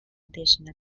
additional